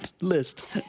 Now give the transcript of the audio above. list